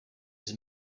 his